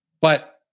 but-